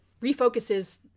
refocuses